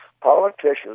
politicians